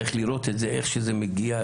צריך לראות את זה איך שזה מגיע,